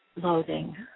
Loathing